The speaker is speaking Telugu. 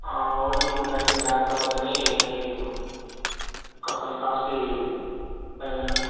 ఆ ఓల్డ్ మంక్ కానీ బ్లాక్ డాగ్ కాని అది ఆ కొంచెం కాస్టలీ వైను